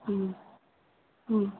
ꯑꯥ ꯎꯝ